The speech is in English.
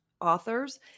authors